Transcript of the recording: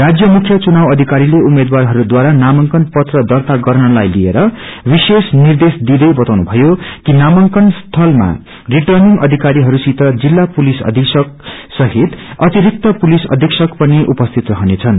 राज्य मुख्य चुनाव अधिकारीले उम्मेद्वाराहरूद्वारा नाामाकंन पत्र दर्ता गर्नलाई लिएर विशेष निर्देश अँदै बताउनु भयो कि नामाकंन सीलामा रिर्टनीगि अधिकरीहस्सित जिल्ल पुलिस अधिक्षक सहित अतिरिक्त पुलिस अधिक्षक पनि उपस्थित रहनेछन्